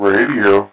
Radio